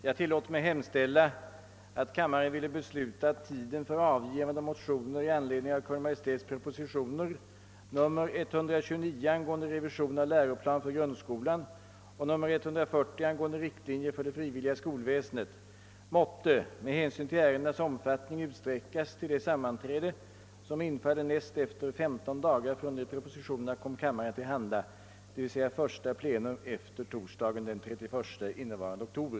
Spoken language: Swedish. Jag tillåter mig hemställa, att kammaren ville besluta, att tiden för avgivande av motioner i anledning av Kungl. Maj:ts propositioner nr 129, angående revidering av läroplan för grundskolan, och nr 140, angående riktlinjer för det frivilliga skolväsendet, måtte med hänsyn till ärendenas omfattning utsträckas till det sammanträde som infaller näst efter femton dagar från det propositionerna kom kammaren till handa, d. v. s. första plenum efter torsdagen den 31 innevarande oktober.